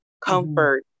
comfort